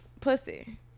pussy